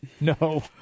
No